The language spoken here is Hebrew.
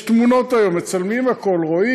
נעביר